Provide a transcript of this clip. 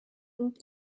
und